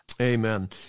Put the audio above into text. Amen